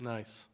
Nice